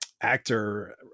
actor